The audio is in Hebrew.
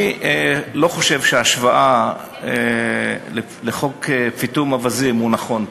אני לא חושב שההשוואה לחוק פיטום אווזים היא נכונה פה,